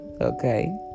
Okay